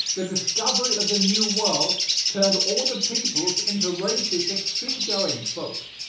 the discovery of the new world turned all the peoples into races of sea-going folk,